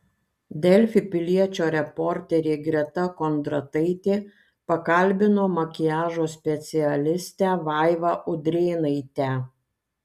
delfi piliečio reporterė greta kondrataitė pakalbino makiažo specialistę vaivą udrėnaitę